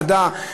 המדע,